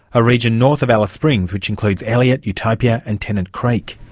a region north of alice springs which includes elliott, utopia, and tennant creek.